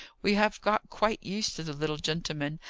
we have got quite used to the little gentleman,